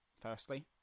firstly